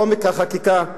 עומק החקיקה הפסולה.